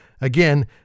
Again